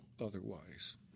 otherwise